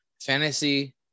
Fantasy